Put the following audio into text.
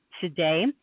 today